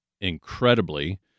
incredibly